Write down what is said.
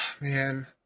Man